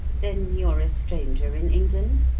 then you're a stranger in england?